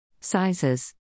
SIZES